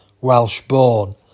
Welsh-born